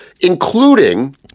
including